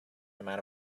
amount